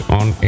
on